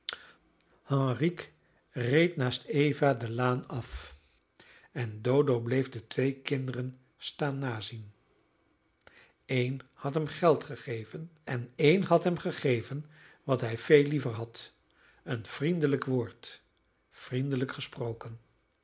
henrique reed naast eva de laan af en dodo bleef de twee kinderen staan nazien een had hem geld gegeven en een had hem gegeven wat hij veel liever had een vriendelijk woord vriendelijk gesproken